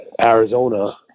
Arizona